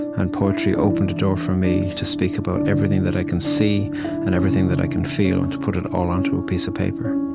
and poetry opened a door for me to speak about everything that i can see and everything that i can feel, to put it all onto a piece of paper